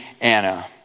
Anna